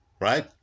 right